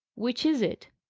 which is it?